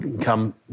come